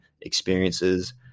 experiences